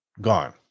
gone